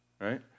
right